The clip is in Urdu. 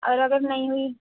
اور اگر نہیں ہوئی